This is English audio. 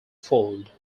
fold